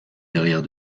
derrière